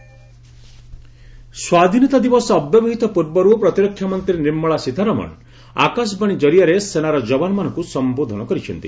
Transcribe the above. ସୀତାରମଣ ସ୍ୱାଧୀନତା ଦିବସ ଅବ୍ୟବହିତ ପୂର୍ବରୁ ପ୍ରତିରକ୍ଷାମନ୍ତ୍ରୀ ନିର୍ମଳା ସୀତାରମଣ ଆକାଶବାଣୀ ଜରିଆରେ ସେନାର ଯବାନମାନଙ୍କୁ ସମ୍ଘୋଧନ କରିଛନ୍ତି